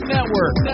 Network